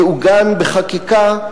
יעוגן בחקיקה,